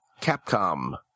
Capcom